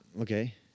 Okay